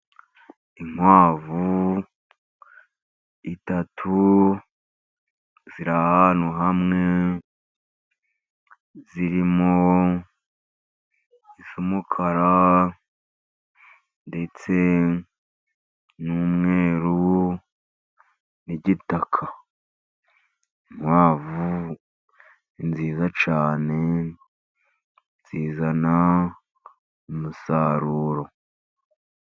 Inkwavu eshatu ziri ahantu hamwe, zirimo iz'umukara, ndetse n'umweru, n'igitaka. Inkwavu ni nziza cyane, zizana umusaruro.